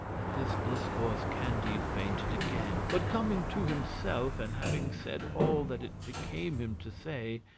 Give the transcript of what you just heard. at this discourse candide fainted again but coming to himself, and having said all that it became him to say,